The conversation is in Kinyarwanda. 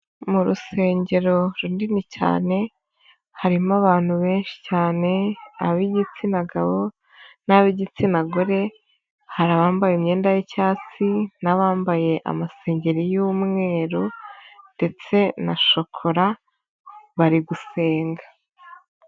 Mu rusengero runini cyane harimo abantu benshi cyane ab'igitsina gabo n'ab'igitsina gore, hari abambaye imyenda y'icyatsi n'abambaye amasengeri y'umweru, ndetse na shokola bari gusenga.